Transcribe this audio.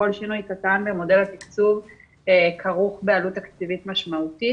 כל שינוי קטן במודל התקצוב כרוך בעלות תקציבית משמעותית